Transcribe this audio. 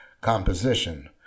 composition